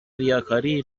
ریاکاری